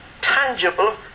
tangible